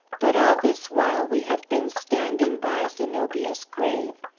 but, all this while, we have been standing by zenobia's grave.